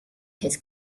his